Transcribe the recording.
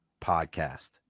podcast